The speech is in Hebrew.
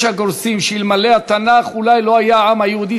יש הגורסים שאלמלא התנ"ך אולי לא היה העם היהודי